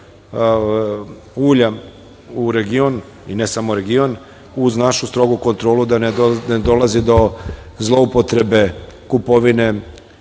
ulja u region, i ne samo region, uz našu strogu kontrolu da ne dolazi do zloupotrebe kupovine